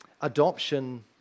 adoption